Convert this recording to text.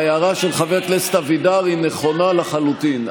ההערה של חבר הכנסת אבידר היא נכונה לחלוטין.